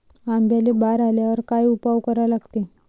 आंब्याले बार आल्यावर काय उपाव करा लागते?